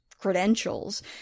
credentials